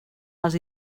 els